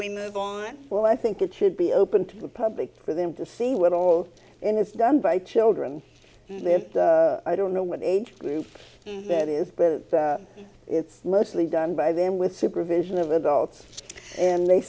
we move on well i think it should be open to the public for them to see what all in is done by children i don't know what age group that is where it's mostly done by then with supervision of adults and they